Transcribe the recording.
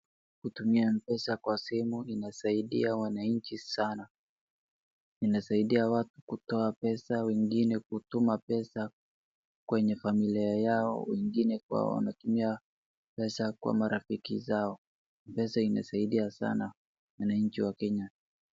Kutumia M-pesa kwa simu inasaidia wananchi sana. Inasaidia watu kutoa pesa, wengine kutuma pesa kwenye familia yao, wengine kwa wanatumia pesa kwa marafiki zao. M-pesa inasaidia sana wananchi wa Kenya.